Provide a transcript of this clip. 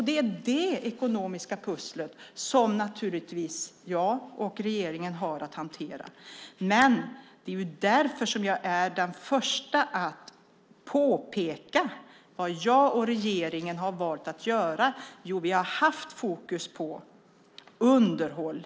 Det är detta ekonomiska pussel som jag och regeringen har att hantera. Därför är jag också den första att påpeka vad jag och regeringen har valt att göra då vi har haft fokus på underhåll.